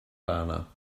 rana